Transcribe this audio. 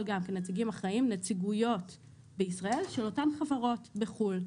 גם כנציגים אחראים נציגויות בישראל של אותן חברות בחו"ל.